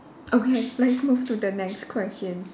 okay let's move to the next question